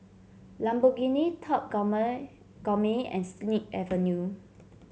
Lamborghini Top Gourmet and Snip Avenue